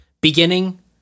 beginning